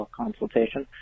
consultation